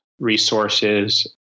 resources